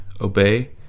obey